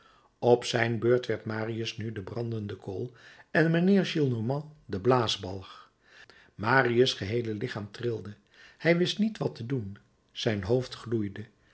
op zijn beurt werd marius nu de brandende kool en mijnheer gillenormand de blaasbalg marius geheele lichaam rilde hij wist niet wat te doen zijn hoofd gloeide